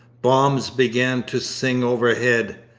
bombs began to sing overhead.